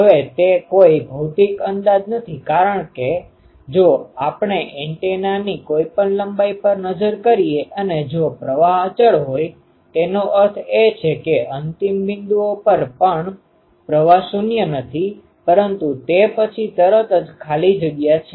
હવે તે કોઈ ભૌતિક અંદાજ નથી કારણ કે જો આપણે એન્ટેનાની કોઈપણ લંબાઈ પર નજર કરીએ અને જો પ્રવાહ અચળ હોય તેનો અર્થ એ છે કે અંતિમ બિંદુઓ પર પણ પ્રવાહ શૂન્ય નથી પરંતુ તે પછી તરત જ ખાલી જગ્યા છે